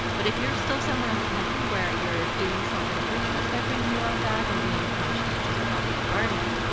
but if you're still somewhere in the country where you're doing something virtuous by bringing your own bag and being conscientious about the environment,